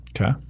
Okay